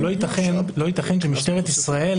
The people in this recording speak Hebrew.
אבל לא ייתכן שמשטרת ישראל,